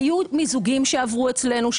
היו מיזוגים שעברו אצלנו,